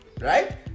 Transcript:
Right